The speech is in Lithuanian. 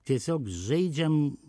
tiesiog žaidžiam